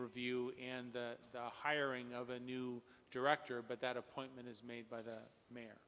review and the hiring of a new director but that appointment is made by the ma